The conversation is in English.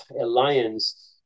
alliance